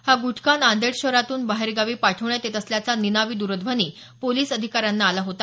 हा गुटखा नांदेड शहरातून बाहेर गावी पाठवण्यात येत असल्याचा निनावी द्रध्वनी पोलिस अधिकाऱ्यांना आला होता